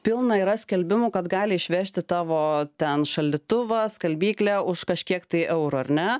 pilna yra skelbimų kad gali išvežti tavo ten šaldytuvą skalbyklę už kažkiek tai eurų ar ne